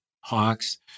hawks